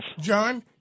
John